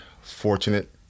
Fortunate